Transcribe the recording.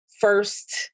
first